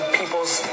people's